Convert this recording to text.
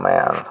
Man